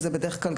ובדרך כלל,